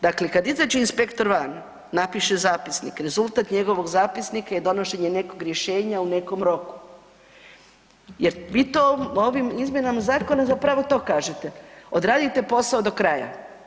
Dakle, kad izaže inspektor van, napiše zapisnik, rezultat njegovog zapisnika je donošenje nekog rješenja u nekom roku jer vi to ovim izmjenama zakona zapravo to kažete, odradite posao do kraja.